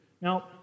Now